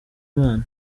imana